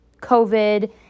COVID